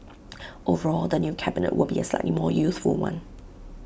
overall the new cabinet will be A slightly more youthful one